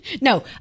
No